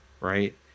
Right